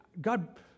God